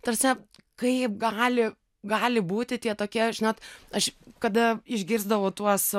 ta prasme kaip gali gali būti tie tokie žinot aš kada išgirsdavau tuos